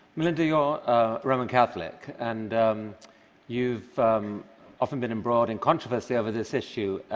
melinda, you're roman catholic, and you've often been embroiled in controversy over this issue,